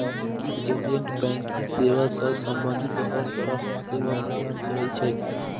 banking agent banking सेवा सं संबंधित हर तरहक सेवा प्रदान करै छै